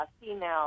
female